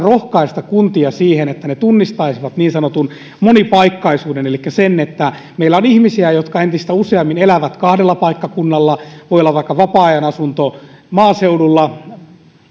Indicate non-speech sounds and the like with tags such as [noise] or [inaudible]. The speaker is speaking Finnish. [unintelligible] rohkaista kuntia siihen että ne tunnistaisivat niin sanotun monipaikkaisuuden elikkä sen että meillä on ihmisiä jotka entistä useammin elävät kahdella paikkakunnalla voi olla vaikka vapaa ajanasunto maaseudulla